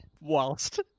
whilst